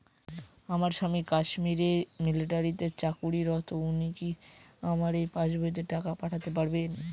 আমার স্বামী কাশ্মীরে মিলিটারিতে চাকুরিরত উনি কি আমার এই পাসবইতে টাকা পাঠাতে পারবেন?